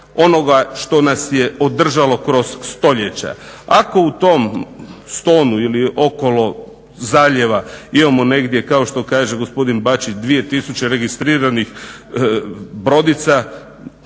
onoga što nas je održalo kroz stoljeća. Ako u tom Stonu ili okolo zaljeva imamo negdje, kao što kaže gospodin Bačić 2000 registriranih brodica,